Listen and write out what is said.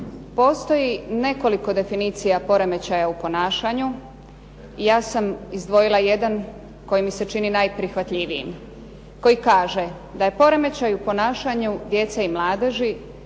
Postoji nekoliko definicija poremećaja u ponašanju i ja sam izdvojila jedan koji mi se čini najprihvatljivijim. Koji kaže:, "da je poremećaj u ponašanju djece i mladeži